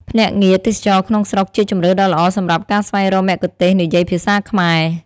ភ្នាក់ងារទេសចរណ៍ក្នុងស្រុក ជាជម្រើសដ៏ល្អសម្រាប់ការស្វែងរកមគ្គុទ្ទេសក៍និយាយភាសាខ្មែរ។